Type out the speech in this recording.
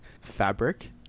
fabric